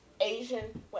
Asian